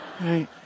Right